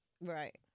Right